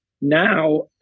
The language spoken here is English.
Now